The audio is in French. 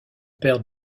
père